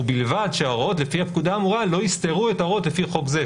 ובלבד שההוראות לפי הפקודה האמורה לא יסתרו את ההוראות לפי חוק זה".